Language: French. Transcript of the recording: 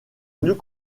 mieux